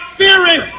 fearing